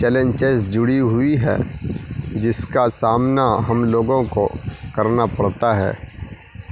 challenges جڑی ہوئی ہے جس کا سامنا ہم لوگوں کو کرنا پڑتا ہے